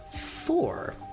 Four